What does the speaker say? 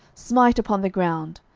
smite upon the ground.